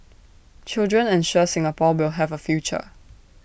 children ensure Singapore will have A future